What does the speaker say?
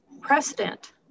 precedent